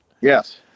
Yes